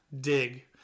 dig